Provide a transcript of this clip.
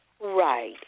Right